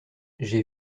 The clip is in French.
j’ai